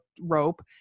rope